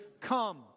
come